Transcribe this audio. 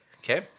Okay